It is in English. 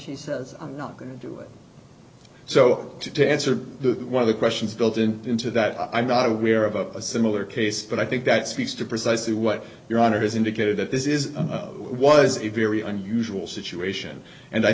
then he says i'm not going to do it so to answer the one of the questions built in into that i'm not aware of a similar case but i think that speaks to precisely what your honor has indicated that this is what is a very unusual situation and i